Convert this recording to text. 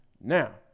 Now